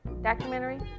documentary